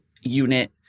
unit